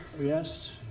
Yes